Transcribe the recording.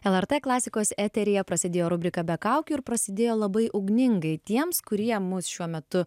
lrt klasikos eteryje prasidėjo rubrika be kaukių ir prasidėjo labai ugningai tiems kurie mus šiuo metu